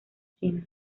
chinas